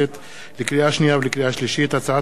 לקריאה שנייה ולקריאה שלישית: הצעת חוק לטיפול